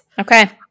Okay